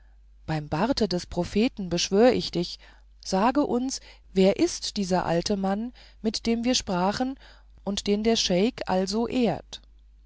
beim bart des propheten beschwöre ich dich sage uns wer ist dieser alte mann mit dem wir sprachen und den der scheik also ehrt